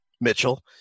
Mitchell